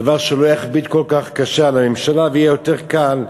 דבר שלא יכביד כל כך על הממשלה, ויהיה יותר קל.